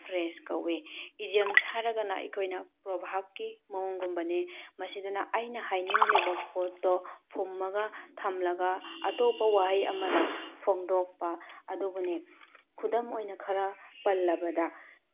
phrase ꯀꯧꯏ idioms ꯍꯥꯏꯔꯒꯅ ꯑꯩꯈꯣꯏꯅ ꯄ꯭ꯔꯣꯚꯥꯕꯀꯤ ꯃꯑꯣꯡꯒꯨꯝꯕꯅꯤ ꯃꯁꯤꯗꯅ ꯑꯩꯅ ꯍꯥꯏꯅꯤꯡꯂꯤꯕ ꯄꯣꯠꯇꯣ ꯐꯨꯝꯃꯒ ꯊꯝꯂꯒ ꯑꯇꯣꯞꯄ ꯋꯥꯍꯩ ꯑꯃꯗ ꯐꯣꯡꯗꯣꯛꯄ ꯑꯗꯨꯕꯨꯅꯤ ꯈꯨꯗꯝ ꯑꯣꯏꯅ ꯈꯔ ꯄꯜꯂꯕꯗ